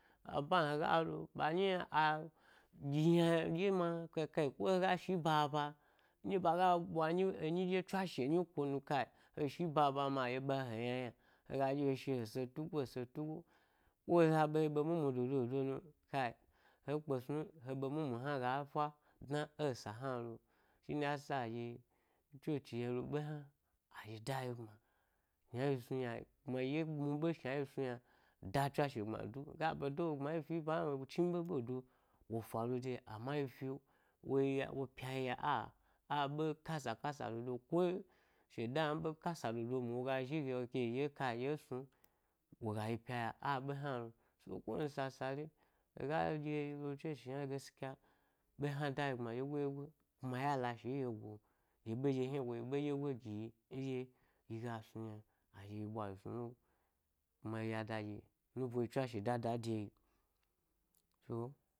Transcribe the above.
A band, aband, hega lo, band ɗye hna a ɗyi yna ɗye. Ma kai kai ko hega shi b aba nɗye ɓaga ɓwa nyi enyi ɗye tsnashe nyi ko nu kai he shi b aba b aba ma a ɗye ɓa he he yna’yna hega ɗye he shi he setugo he setugo, nɗye ha be yi ‘ be mu mu do do yi mi kai, ẻ kpe snu m he be mu mu hna gâ fâ dna ẻsa hna lo shine yasa adye chochi yelo ɓe hna a ɗye da yi gbma shna yi snu yna kuma yi dye mu ɓe shna yi smi yna da tswashe gbma du ga ɓe da wo gbma m yi fi ba hna lo yi chni be ɓedo wo faru deyi amma yi fizo wo yaw o pyayifa a, abe kasa kasa ko shedan a ɓekasa dodo mu woga zhige eke kai eɗye snum woga yi pyaya a ɓe yna lo. Shine ko wani sa sa le yi hega ɗye ɗye yi lo dho cho hna gaskya ɓe hna dayi gbma ɗyegoi ɗyegoi kuma ya lashi yegu’ o ɗye ɓedye hni woyi ɓeɗye goyi giyi ndye, yiga snu yna a ɗye yi ɓwa yi snu lo kuma yi yadda ɗye nuba yi tswashe dada de yi to.